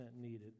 needed